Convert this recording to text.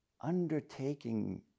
undertaking